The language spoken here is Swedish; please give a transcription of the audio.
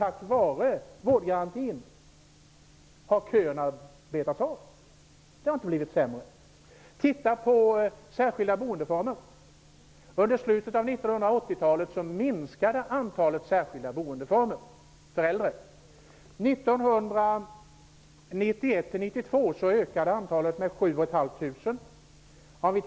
Tack vare vårdgarantin har köerna betats av. Det har inte blivit sämre. Titta på de särskilda boendeformerna! Under slutet av 1980-talet minskade antalet särskilda boendeformer för äldre. År 1991-92 ökade antalet platser 7 500.